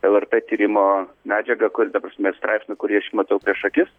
lrt tyrimo medžiaga kuri ta prasme straipsniu kurį aš matau prieš akis